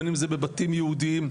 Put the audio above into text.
בין אם בבתים יהודיים,